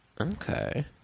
Okay